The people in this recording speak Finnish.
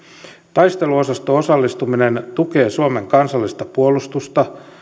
taisteluosasto osallistuminen tukee suomen kansallista puolustusta